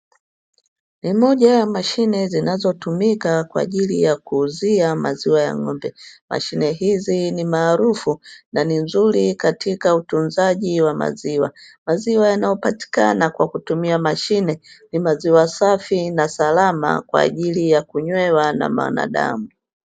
Ni moja ya mashine zinazotumika kwa ajili ya kuuzia maziwa ya ng'ombe. Mashine hizi ni maarufu na ni nzuri katika utunzaji wa maziwa, maziwa yanayopatikana kwa kutumia mashine ni maziwa safi na salama kwa ajili ya kunywewa na mwanadamu.